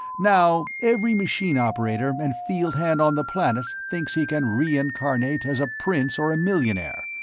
now, every machine operator and field hand on the planet thinks he can reincarnate as a prince or a millionaire.